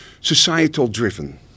societal-driven